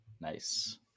nice